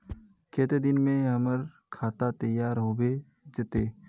केते दिन में हमर खाता तैयार होबे जते?